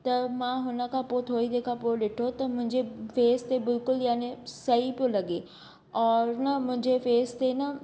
त मां हुन खां पोइ थोरी देरि खां पोइ डिठो त मुंहिंजे फेस ते बिल्कुलु याने सही पियो लॻे और न मुंहिंजे फेस ते न